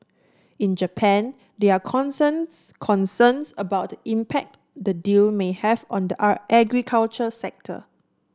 in Japan there are concerns concerns about the impact the deal may have on the agriculture sector